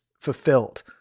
fulfilled